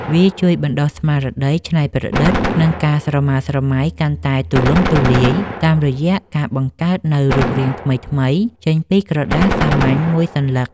វាជួយបណ្ដុះស្មារតីច្នៃប្រឌិត និងការស្រមើស្រមៃឱ្យកាន់តែទូលំទូលាយ តាមរយៈការបង្កើតនូវរូបរាងថ្មីៗចេញពីក្រដាសសាមញ្ញមួយសន្លឹក។